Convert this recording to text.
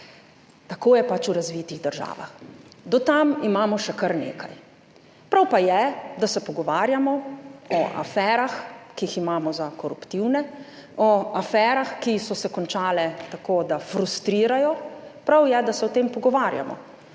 Tako je pač v razvitih državah. Do tam imamo še kar nekaj. Prav pa je da se pogovarjamo o aferah, ki jih imamo za koruptivne, o aferah, ki so se končale tako, da frustrirajo. Prav je, da se **56.